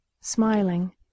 smiling